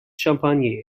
champagne